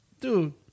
dude